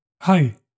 Hi